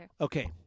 Okay